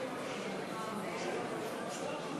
אלה התוצאות: